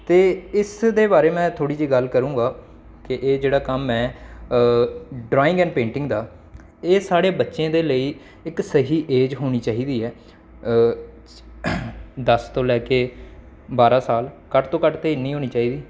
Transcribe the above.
ते इस दे बारे में थोह्ड़ी जेही गल्ल करूंगा ते एह् जेह्ड़ा कम्म ऐ ड्राइंग ऐण्ड पेंटिंग दा एह् साढ़े बच्चें दे लेई इक सेही एज होनी चाहिदी ऐ दस तूं लैह्के बाह्रां साल घट्ट तू घट्ट ते इ'न्नी होनी चाहिदी